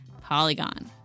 polygon